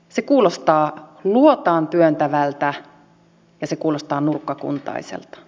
se kuulostaa luotaantyöntävältä ja se kuulostaa nurkkakuntaiselta